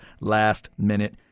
last-minute